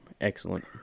Excellent